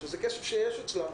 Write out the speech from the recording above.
שזה כסף שיש אצלם,